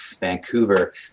Vancouver